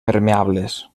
permeables